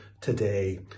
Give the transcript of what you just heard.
today